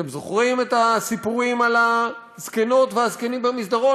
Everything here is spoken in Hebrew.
אתם זוכרים את הסיפורים על הזקנות והזקנים במסדרון?